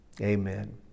Amen